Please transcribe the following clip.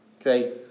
Okay